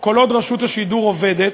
כל עוד רשות השידור עובדת,